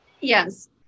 Yes